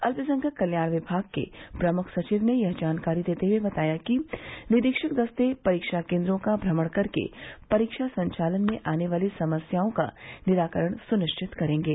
अल्पसंख्यक कल्याण विभाग के प्रमुख सचिव ने यह जानकारी देते हुए बताया कि निरीक्षक दस्ते परीक्षा केन्द्रों का भ्रमण करके परीक्षा संचालन में आने वाली समस्याओं का निराकरण सुनिश्चित करेंगे